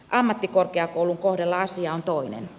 ammattikorkeakoulun kohdalla asia on toinen